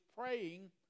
Praying